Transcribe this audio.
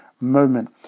moment